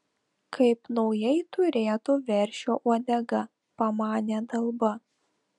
kaip naujai turėto veršio uodega pamanė dalba